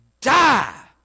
die